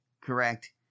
correct